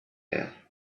air